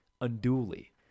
unduly